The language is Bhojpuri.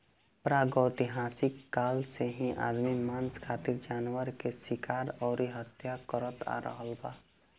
प्रागैतिहासिक काल से ही आदमी मांस खातिर जानवर के शिकार अउरी हत्या करत आ रहल बा